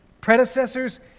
predecessors